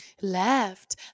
Left